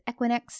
Equinix